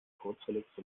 kurzwelligste